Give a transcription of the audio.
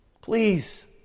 Please